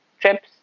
trips